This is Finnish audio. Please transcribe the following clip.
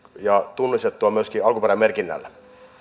tunnistettua myöskin alkuperämerkinnällä